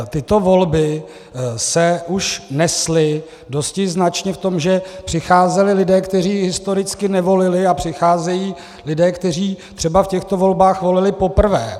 Tyto volby se už nesly dosti značně v tom, že přicházeli lidé, kteří historicky nevolili, a přicházejí lidé, kteří třeba v těchto volbách volili poprvé.